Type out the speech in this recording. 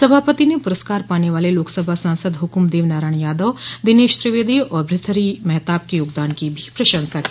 सभापति ने पुरस्कार पाने वाले लोकसभा सांसद हुकुमदेव नारायण यादव दिनेश त्रिवेदी और भूर्तहरि महताब के योगदान की भी प्रशंसा की